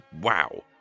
wow